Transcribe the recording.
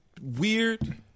weird